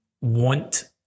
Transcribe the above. want